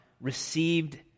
received